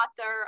author